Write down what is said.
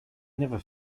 never